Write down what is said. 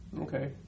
Okay